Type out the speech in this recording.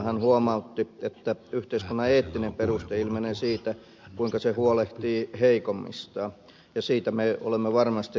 hän huomautti että yhteiskunnan eettinen perusta ilmenee siitä kuinka se huolehtii heikommistaan ja siitä me olemme varmasti samaa mieltä